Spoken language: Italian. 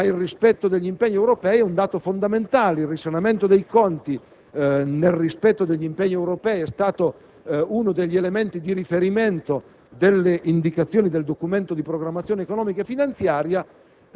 ma il rispetto di tali impegni è un dato fondamentale; il risanamento dei conti nel rispetto degli impegni europei è stato uno degli elementi di riferimento delle indicazioni del Documento di programmazione economico-finanziaria.